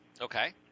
Okay